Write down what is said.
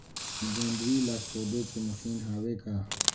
गोंदली ला खोदे के मशीन हावे का?